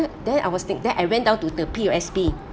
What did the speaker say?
then I was think then I went down to the P_O_S_B